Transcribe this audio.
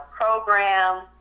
program